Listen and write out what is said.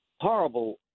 horrible